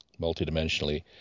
multidimensionally